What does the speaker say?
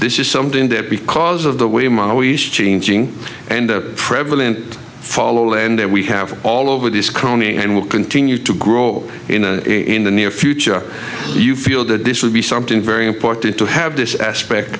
this is something that because of the way i'm always changing and prevalent followed and that we have all over this county and will continue to grow in the near future you feel that this would be something very important to have this aspect